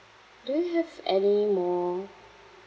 do you have anymore